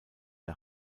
der